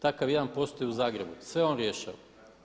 Takav jedan postoji i u Zagrebu, sve on rješava.